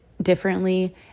Differently